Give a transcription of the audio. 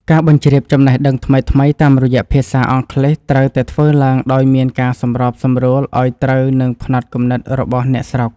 ការបញ្ជ្រាបចំណេះដឹងថ្មីៗតាមរយៈភាសាអង់គ្លេសត្រូវតែធ្វើឡើងដោយមានការសម្របសម្រួលឱ្យត្រូវនឹងផ្នត់គំនិតរបស់អ្នកស្រុក។